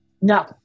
No